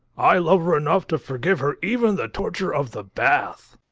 i love her enough to forgive her even the torture of the bath.